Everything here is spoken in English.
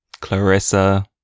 Clarissa